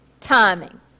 timing